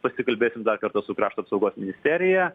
pasikalbėsim dar kartą su krašto apsaugos ministerija